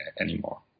anymore